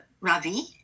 Ravi